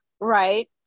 Right